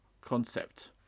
concept